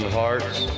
hearts